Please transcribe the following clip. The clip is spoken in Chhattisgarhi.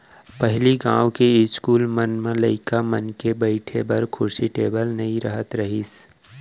पहिली गॉंव के इस्कूल मन म लइका मन के बइठे बर कुरसी टेबिल नइ रहत रहिस